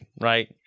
right